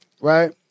right